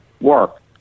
work